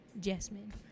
Jasmine